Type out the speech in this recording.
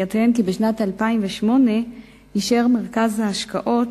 אני אציין כי בשנת 2008 אישר מרכז ההשקעות